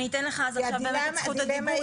אני אתן לך אז עכשיו באמת את זכות הדיבור.